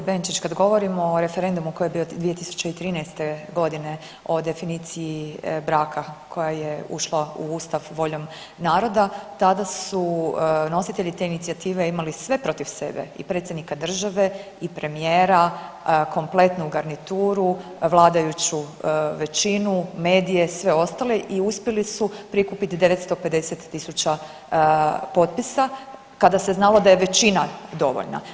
Kolegice Benčić kad govorimo o referendumu koji je bio 2013. godine o definiciji braka koja je ušla u Ustav voljom naroda tada su nositelji te inicijative imali sve protiv sebe i predsjednika države i premijera, kompletnu garnituru, vladajuću većinu, medije, sve ostale i uspjeli su prikupiti 950.000 potpisa kada se znalo da je većina dovoljna.